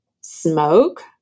smoke